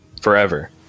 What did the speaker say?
Forever